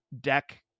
deck